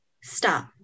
stop